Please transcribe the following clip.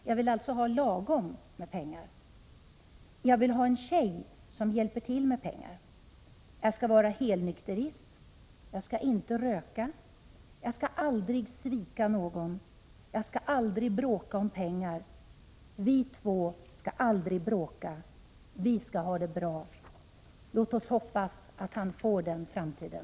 Jag vill alltså ha lagom med pengar. Jag vill ha en tjej som hjälper till med pengar. Jag ska vara helnykterist. Jag ska inte röka. Jag ska alldrig svika någon. Jag ska alldrig bråka om pengar. Vi två ska aldrig bråka. Vi ska ha det bra.” Låt oss hoppas att han får den framtiden!